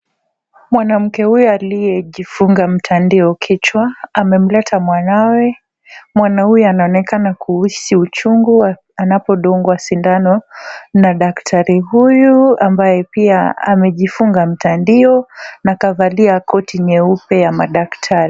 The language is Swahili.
Mwanamke huyu aliyejifunga mtandio kichwa amemleta mwanawe. Mwana huyu anaonekana kuhisi uchungu anapodungwa sindano na daktari huyu ambaye pia amejifunga mtandio na akavalia koti nyeupe ya madaktari.